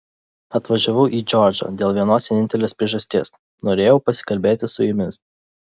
atvažiavau į džordžą dėl vienos vienintelės priežasties norėjau pasikalbėti su jumis